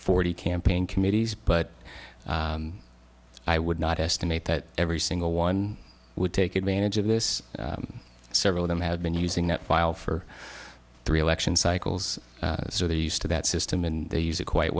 forty campaign committees but i would not estimate that every single one would take advantage of this several of them have been using that file for three election cycles so they're used to that system and they use it quite